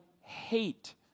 hate